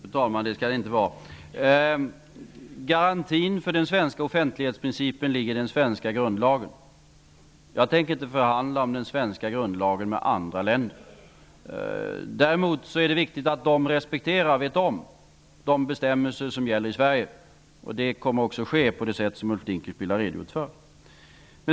Fru talman! Det skall det inte vara. Garantin för den svenska offentlighetsprincipen ligger i den svenska grundlagen. Jag tänker inte förhandla om den svenska grundlagen med andra länder. Däremot är det viktigt att de respekterar och vet om de bestämmelser som gäller i Sverige. Det kommer att ske på det sätt som Ulf Dinkelspiel har redogjort för.